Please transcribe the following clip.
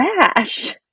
trash